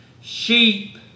Sheep